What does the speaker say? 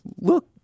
look